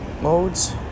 modes